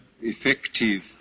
effective